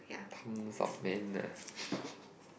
man ah